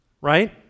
Right